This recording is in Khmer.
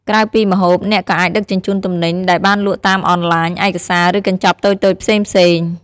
ក្រៅពីម្ហូប អ្នកក៏អាចដឹកជញ្ជូនទំនិញដែលបានលក់តាមអនឡាញ ឯកសារ ឬកញ្ចប់តូចៗផ្សេងៗ។